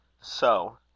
So